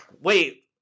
Wait